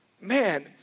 Man